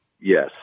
Yes